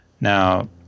Now